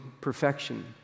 perfection